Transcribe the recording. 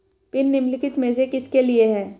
Pin निम्नलिखित में से किसके लिए है?